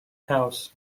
house